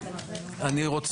אני פותח את הדיון.